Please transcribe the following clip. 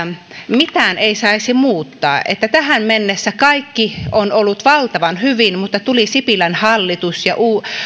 mitään ei saisi muuttaa ja että tähän mennessä kaikki on ollut valtavan hyvin mutta tuli sipilän hallitus ja